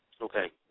Okay